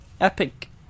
Epic